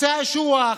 עצי האשוח,